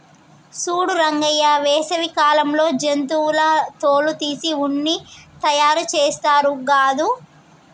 సూడు రంగయ్య వేసవి కాలంలో జంతువుల తోలు తీసి ఉన్ని తయారుచేస్తారు గాదు